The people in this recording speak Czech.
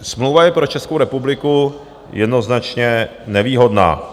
Smlouva je pro Českou republiku jednoznačně nevýhodná.